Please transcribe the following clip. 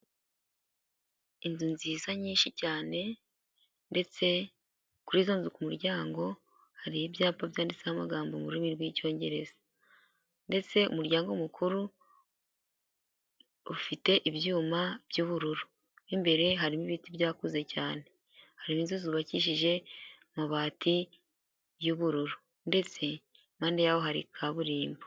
Inzu nziza nyinshi cyane ndetse kuri izo nzu ku muryango hari ibyapa byanditseho amagambo mu rurimi rw'icyongereza, ndetse umuryango mukuru ufite ibyuma by'ubururu mo imbere harimo ibiti byakuze cyane, harimo inzu zubakishije amabati y'ubururu ndetse impande yaho hari kaburimbo.